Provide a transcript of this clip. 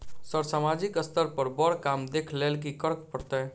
Sir सामाजिक स्तर पर बर काम देख लैलकी करऽ परतै?